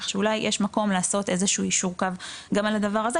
כך שאולי יש מקום לעשות איזה שהוא יישור קו גם על הדבר הזה,